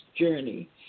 journey